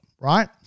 right